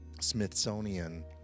Smithsonian